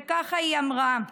וככה היא אמרה: